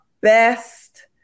best